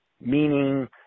Meaning